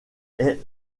est